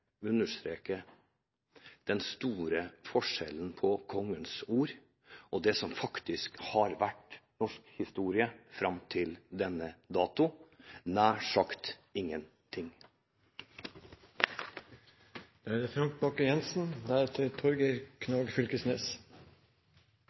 understreke den store forskjellen på Kongens ord og det som faktisk har vært norsk historie fram til denne datoen – nær sagt